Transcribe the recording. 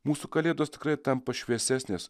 mūsų kalėdos tikrai tampa šviesesnės